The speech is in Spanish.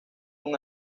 una